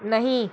नहीं